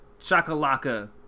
Chakalaka